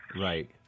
Right